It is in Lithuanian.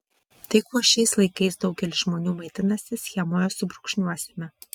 tai kuo šiais laikais daugelis žmonių maitinasi schemoje subrūkšniuosime